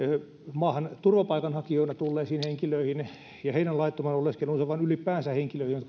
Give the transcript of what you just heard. maahan turvapaikanhakijoina tulleisiin henkilöihin ja heidän laittomaan oleskeluunsa vaan ylipäänsä henkilöihin